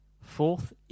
fourth